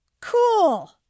Cool